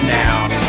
now